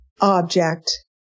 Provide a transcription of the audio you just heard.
object